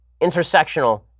intersectional